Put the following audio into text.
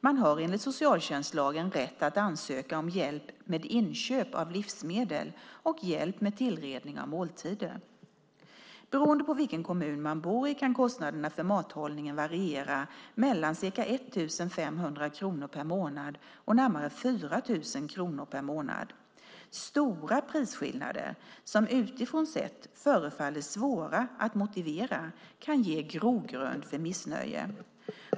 Man har enligt socialtjänstlagen rätt att ansöka om hjälp med inköp av livsmedel och hjälp med tillredning av måltider. Beroende på vilken kommun man bor i kan kostnaderna för mathållningen variera mellan ca 1 500 kronor per månad och närmare 4 000 kronor per månad. Stora prisskillnader som utifrån sett förefaller svåra att motivera kan ge grogrund för missnöje.